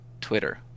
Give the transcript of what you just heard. Twitter